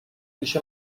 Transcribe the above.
ریش